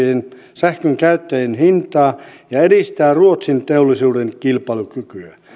sähkönkäyttäjien hintaa ja edistää ruotsin teollisuuden kilpailukykyä